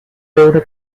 veure